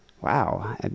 Wow